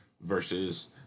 versus